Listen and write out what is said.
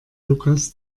lukas